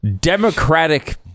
democratic